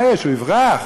מה יש, הוא יברח?